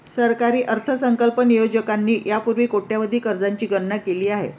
सरकारी अर्थसंकल्प नियोजकांनी यापूर्वीच कोट्यवधी कर्जांची गणना केली आहे